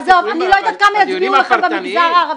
עזוב, אני לא יודעת כמה יצביעו לכם במגזר הערבי,